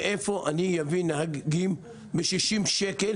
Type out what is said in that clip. מאיפה אני אביא נהגים ב-60,000 שקל